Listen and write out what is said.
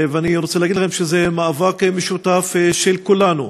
אני רוצה להגיד לכם שזה מאבק משותף של כולנו,